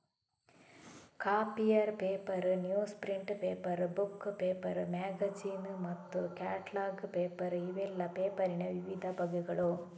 copier paper, newsprint paper, book paper, magazine ಮತ್ತು catalogue paper ಇವೆಲ್ಲ ಪೇಪರಿನ ವಿವಿಧ ಬಗೆಗಳು